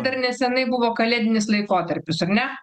dar nesenai buvo kalėdinis laikotarpis ar ne